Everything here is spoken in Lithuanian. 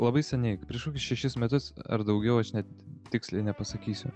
labai seniai prieš kokius šešis metus ar daugiau aš net tiksliai nepasakysiu